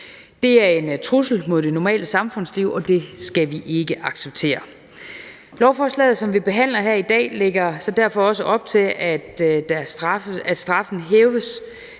Det er en trussel mod det normale samfundsliv, og det skal vi ikke acceptere. Lovforslaget, som vi behandler her i dag, lægger derfor også op til, at straffen hæves